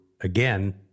again